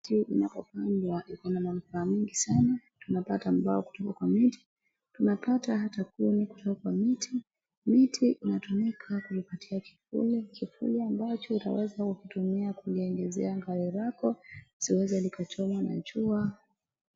Miti inapopandwa iko na manufaa mingi sana. Tunapata mvua kutoka kwa miti. Tunapata hata kuni kutoka kwa miti. Miti inatumika kutuletea kivuli. Kivuli ambacho unaweza kutumia kuliegezea gari lako lisiweze likachomwa na jua.